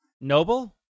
Noble